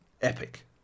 epic